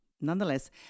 Nonetheless